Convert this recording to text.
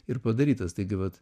ir padarytas taigi vat